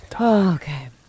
Okay